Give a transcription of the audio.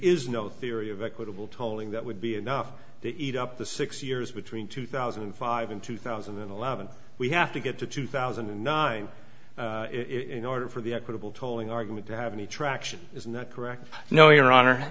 is no theory of equitable tolling that would be enough to eat up the six years between two thousand and five and two thousand and eleven we have to get to two thousand and nine in order for the equitable tolling argument to have any traction is correct no your honor